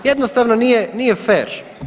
Jednostavno nije fer.